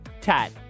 tat